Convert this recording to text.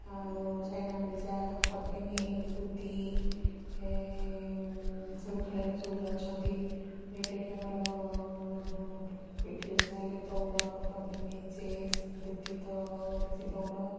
ଆଉ ସାଇନା ମିର୍ଜା ପଦ୍ମିନୀ ଦୂତି ସବୁ ଖେଳରେ ସବୁ ଅଛନ୍ତି ଯେଉଁଟା କି ଆମର ପି ଟି ଉଷା ହେଲେ ଦୌଡ଼ ପଦ୍ମିନୀ ଚେସ୍ ଦୂତି ତ ବି ସେହି ଦୌଡ଼